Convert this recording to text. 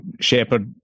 shepherd